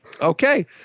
Okay